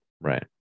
Right